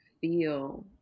feel